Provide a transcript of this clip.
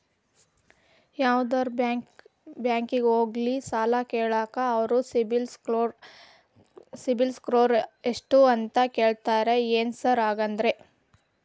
ಯಾವದರಾ ಬ್ಯಾಂಕಿಗೆ ಹೋಗ್ಲಿ ಸಾಲ ಕೇಳಾಕ ಅವ್ರ್ ಸಿಬಿಲ್ ಸ್ಕೋರ್ ಎಷ್ಟ ಅಂತಾ ಕೇಳ್ತಾರ ಏನ್ ಸಾರ್ ಹಂಗಂದ್ರ?